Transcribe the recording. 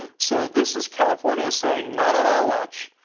so this is california saying not on our watch.